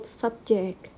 subject